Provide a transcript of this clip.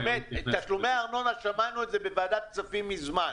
תשלומי ארנונה שמענו את זה בוועדת כספים מזמן.